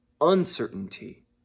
uncertainty